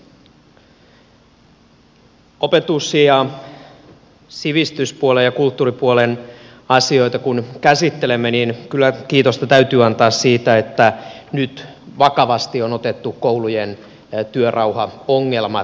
opetus ja sivistyspuolen ja kulttuuripuolen asioita kun käsittelemme niin kyllä kiitosta täytyy antaa siitä että nyt vakavasti on otettu koulujen työrauhaongelmat